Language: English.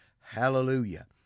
Hallelujah